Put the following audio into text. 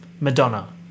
Madonna